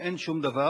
אין שום דבר,